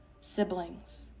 siblings